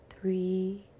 three